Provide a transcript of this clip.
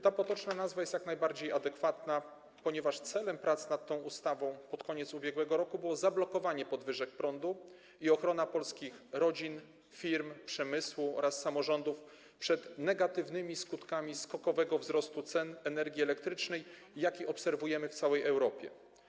Ta potoczna nazwa jest jak najbardziej adekwatna, ponieważ celem prac nad tą ustawą pod koniec ubiegłego roku było zablokowanie podwyżek prądu i ochrona polskich rodzin, firm, przemysłu oraz samorządów przed negatywnymi skutkami skokowego wzrostu cen energii elektrycznej, jaki obserwujemy w całej Europie.